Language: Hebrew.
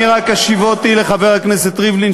אני רק השיבותי לחבר הכנסת ריבלין,